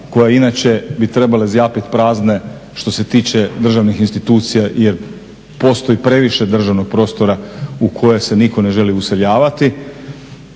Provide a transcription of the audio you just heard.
koje inače bi trebale zjapiti prazne što se tiče državnih institucija jer postoji previše državnog prostora u koje se nitko ne želi useljavati.